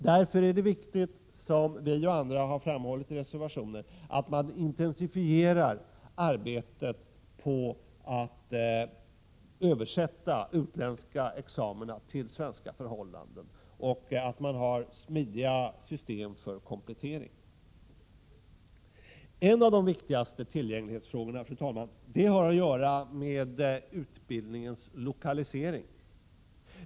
Därför är det viktigt, som vi och andra har framhållit i reservationer, att man intensifierar arbetet på att översätta utländska examina till svenska förhållanden och att man har smidiga system för komplettering. En av de viktigaste tillgänglighetsfrågorna, fru talman, har att göra med utbildningens lokalisering.